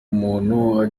umuntu